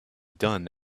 done